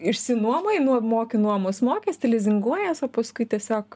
išsinuomoji moki nuomos mokestį lizinguojies o paskui tiesiog